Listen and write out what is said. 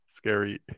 Scary